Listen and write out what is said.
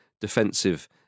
defensive